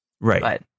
Right